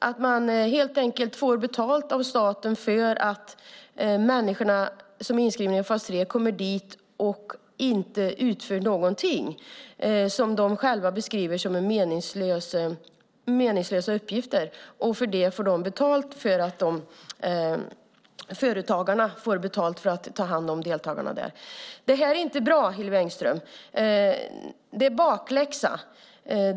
De får helt enkelt betalt av staten för att människor som är inskrivna i fas 3 kommer dit och inte utför någonting. De människorna beskriver det själva som meningslösa uppgifter, och företagarna får betalt för att ta hand om dessa deltagare. Detta är inte bra, Hillevi Engström. Det är bakläxa.